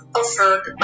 offered